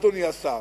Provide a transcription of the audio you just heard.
אדוני השר,